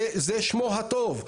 זה שמו הטוב.